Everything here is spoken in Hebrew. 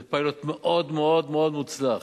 זה פיילוט מאוד מאוד מאוד מוצלח,